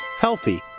healthy